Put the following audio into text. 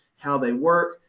how they work,